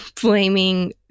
blaming